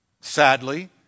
sadly